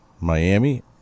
Miami